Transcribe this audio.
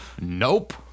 nope